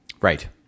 Right